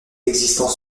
existence